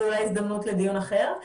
זו אולי הזדמנות לדיון אחר,